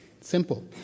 simple